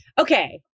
Okay